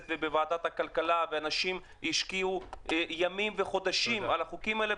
ובוועדת הכלכלה ואנשים השקיעו ימים וחודשים על החוקים האלה,